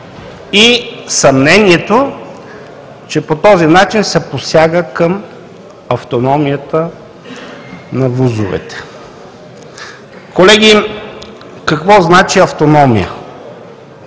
и съмнението, че по този начин се посяга към автономията на вузовете. Колеги, какво значи автономия?